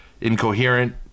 incoherent